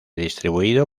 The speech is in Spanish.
distribuido